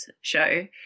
show